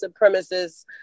supremacists